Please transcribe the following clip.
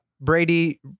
Brady